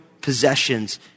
possessions